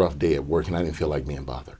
rough day at work and i didn't feel like me a mother